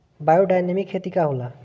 Biodynamic खेती का होला?